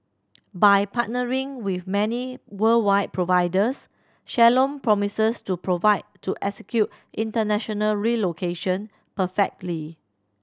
by partnering with many worldwide providers Shalom promises to provide to execute international relocation perfectly